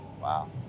Wow